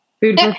food